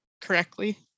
correctly